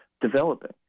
developing